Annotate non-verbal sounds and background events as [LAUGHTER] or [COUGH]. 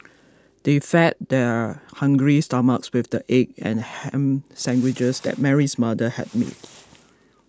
they fed their hungry stomachs with the egg and ham [NOISE] sandwiches that Mary's [NOISE] mother had made